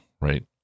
right